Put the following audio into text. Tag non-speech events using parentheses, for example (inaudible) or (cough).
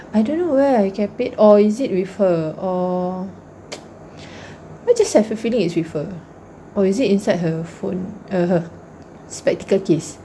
(breath) I don't know where I kept it or is it with her or (breath) I just have a feeling it's with her or is it inside her phone her spectacle case